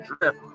drift